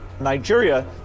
Nigeria